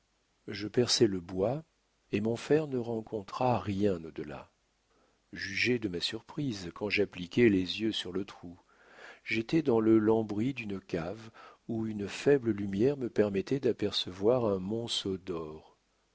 je perçai le bois et mon fer ne rencontra rien au delà jugez de ma surprise quand j'appliquai les yeux sur le trou j'étais dans le lambris d'une cave où une faible lumière me permettait d'apercevoir un monceau d'or